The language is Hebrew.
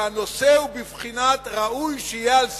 שהנושא הוא בבחינת ראוי שיהיה על סדר-היום,